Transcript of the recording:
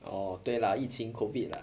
oh 对 lah 疫情 COVID lah